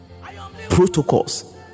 Protocols